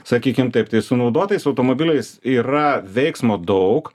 sakykime taip tai su naudotais automobiliais yra veiksmo daug